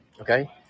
Okay